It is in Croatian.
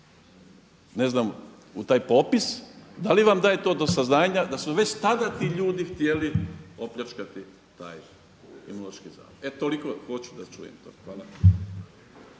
ne znam u taj popis, da li vam daje to do saznanja da su već tada ti ljudi htjeli opljačkati taj Imunološki zavod. E toliko hoću da čujem. Hvala.